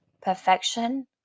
perfection